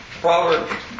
Proverbs